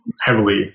heavily